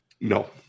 No